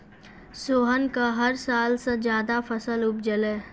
सोहन कॅ हर साल स ज्यादा फसल उपजलै